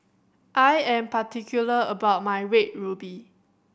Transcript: I am particular about my Red Ruby